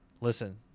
listen